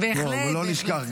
שלא נשכח,